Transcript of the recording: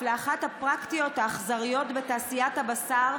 לאחת הפרקטיקות האכזריות בתעשיית הבשר,